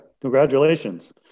congratulations